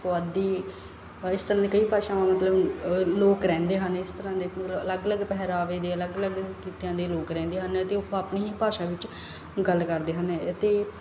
ਪੁਆਧੀ ਅ ਇਸ ਤਰ੍ਹਾਂ ਦੀਆਂ ਕਈ ਭਾਸ਼ਾਵਾਂ ਮਤਲਬ ਅ ਲੋਕ ਰਹਿੰਦੇ ਹਨ ਇਸ ਤਰ੍ਹਾਂ ਦੇ ਹੋਰ ਅਲੱਗ ਅਲੱਗ ਪਹਿਰਾਵੇ ਦੇ ਅਲੱਗ ਅਲੱਗ ਕਿੱਤਿਆਂ ਦੇ ਲੋਕ ਰਹਿੰਦੇ ਹਨ ਅਤੇ ਉਹ ਆਪਣੀ ਹੀ ਭਾਸ਼ਾ ਵਿੱਚ ਗੱਲ ਕਰਦੇ ਹਨ ਅਤੇ